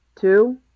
Two